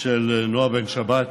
של נעה בן שבת.